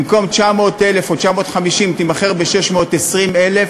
במקום 900,000 או 950,000 תימכר ב-620,000,